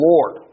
Lord